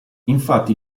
infatti